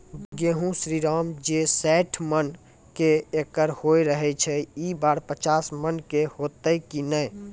गेहूँ श्रीराम जे सैठ मन के एकरऽ होय रहे ई बार पचीस मन के होते कि नेय?